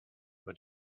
when